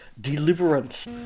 Deliverance